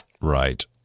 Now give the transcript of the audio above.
Right